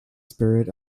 spirit